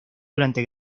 durante